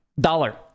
dollar